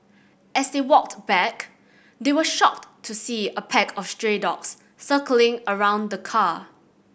as they walked back they were shocked to see a pack of stray dogs circling around the car